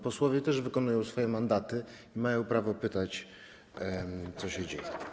Posłowie też wykonują swoje mandaty i mają prawo pytać, co się dzieje.